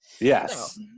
Yes